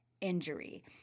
injury